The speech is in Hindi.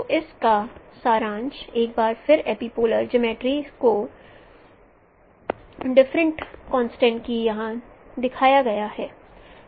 तो इस का सारांश एक बार फिर एपिपोलर जियोमर्ट्री की डिफरेंट कॉन्सेप्ट्स को यहां दिखाया गया है